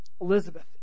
Elizabeth